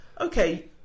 Okay